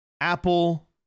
Apple